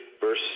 verse